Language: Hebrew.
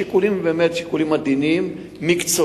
השיקולים הם באמת עדינים ומקצועיים.